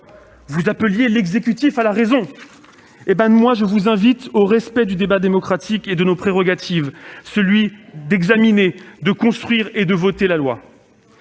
Vous appelez l'exécutif à la raison ! Pour ma part, je vous invite au respect du débat démocratique et de notre prérogative d'examiner, de construire et de voter la loi